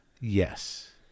Yes